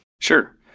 Sure